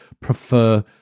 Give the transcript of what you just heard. prefer